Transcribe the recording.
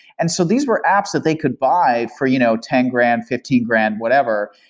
and so these were apps that they could buy for you know ten grand, fifteen grand, whatever,